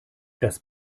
das